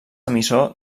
emissor